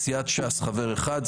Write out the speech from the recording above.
סיעת ש"ס חבר אחד,